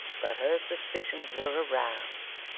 but her suspicions were aroused.